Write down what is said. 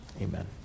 Amen